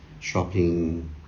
shopping